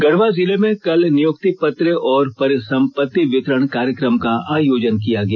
गढ़वा जिले में कल नियुक्ति पत्र और परिसंपत्ति वितरण कार्यक्रम का आयोजन किया गया